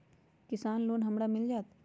किसान लोन हमरा मिल जायत?